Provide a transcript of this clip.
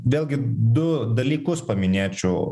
vėlgi du dalykus paminėčiau